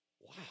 Wow